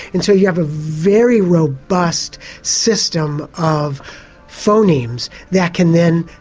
and so you have a very robust system of phonemes that can then,